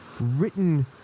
written